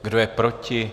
Kdo je proti?